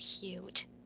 cute